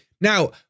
Now